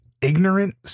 ignorant